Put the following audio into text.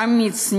אמיץ,